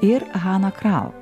ir hana kral